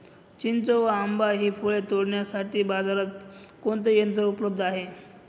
चिंच व आंबा हि फळे तोडण्यासाठी बाजारात कोणते यंत्र उपलब्ध आहे?